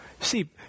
See